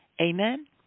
Amen